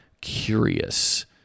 curious